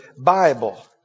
Bible